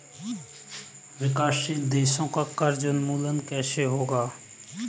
विकासशील देशों का कर्ज उन्मूलन कैसे होगा?